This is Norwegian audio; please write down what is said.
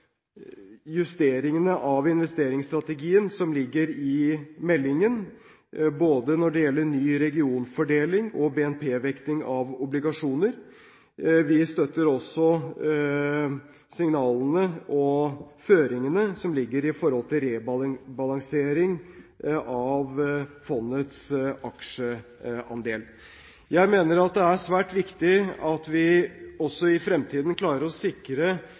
justeringene av investeringsstrategien som ligger i meldingen, både når det gjelder ny regionfordeling og når det gjelder BNP-vekting av obligasjoner. Vi støtter også signalene og føringene som ligger med hensyn til rebalansering av fondets aksjeandel. Jeg mener det er svært viktig at vi også i fremtiden klarer å sikre